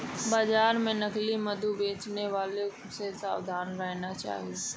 बाजार में नकली मधु बेचने वालों से सावधान रहना चाहिए